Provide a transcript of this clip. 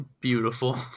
Beautiful